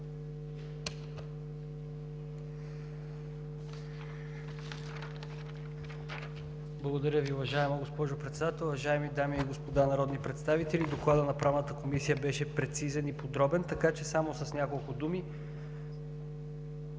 Благодаря Ви, уважаема госпожо Председател. Уважаеми дами и господа народни представители! Докладът на Правната комисия беше прецизен и подробен, така че само с няколко думи